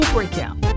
Breakout